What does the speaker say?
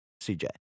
CJ